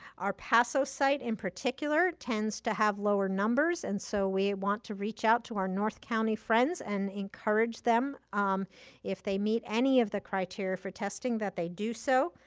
our paso site in particular tends to have lower numbers and so we want to reach out to our north county friends and encourage them if they meet any of the criteria for testing that they do so.